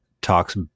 talks